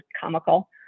comical